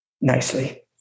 nicely